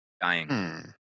Dying